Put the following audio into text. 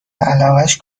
علاقش